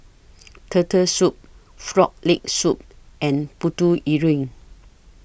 Turtle Soup Frog Leg Soup and Putu Piring